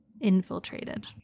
infiltrated